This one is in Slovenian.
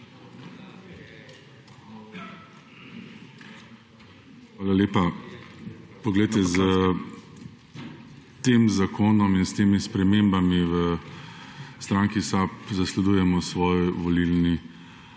Hvala lepa. S tem zakonom in s temi spremembami v strani SAB zasledujemo svoj volilni